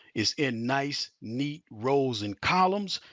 it's in nice, neat rows and columns,